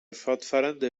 fortfarande